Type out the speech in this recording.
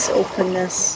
openness